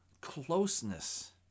closeness